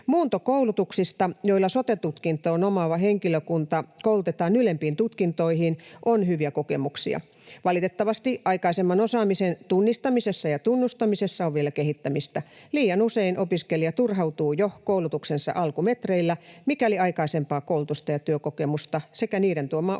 Muuntokoulutuksista, joilla sote-tutkinnon omaava henkilökunta koulutetaan ylempiin tutkintoihin, on hyviä kokemuksia. Valitettavasti aikaisemman osaamisen tunnistamisessa ja tunnustamisessa on vielä kehittämistä. Liian usein opiskelija turhautuu jo koulutuksensa alkumetreillä, mikäli aikaisempaa koulutusta ja työkokemusta sekä niiden tuomaa osaamista